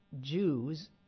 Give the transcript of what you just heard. Jews